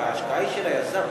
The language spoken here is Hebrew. הרי ההשקעה היא של היזם,